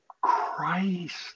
Christ